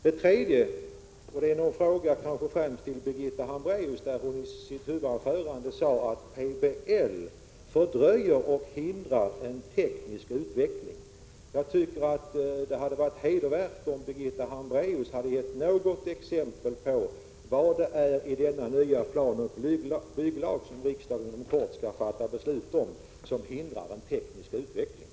Den tredje frågan riktar jag främst till Birgitta Hambraeus. Hon sade i sitt huvudanförande att PBL fördröjer och hindrar en teknisk utveckling. Jag tycker att det hade varit hedervärt om Birgitta Hambraeus hade gett något exempel på vad det är i denna nya planoch bygglag som riksdagen inom kort skall fatta beslut om som hindrar den tekniska utvecklingen.